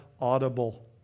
audible